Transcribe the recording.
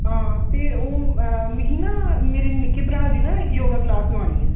ते ओह् ना मिगी ना मेरे निक्के भ्रा दी योगा क्लॉस लोआनी ऐ